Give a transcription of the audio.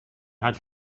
had